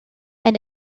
and